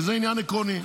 כי זה עניין עקרוני.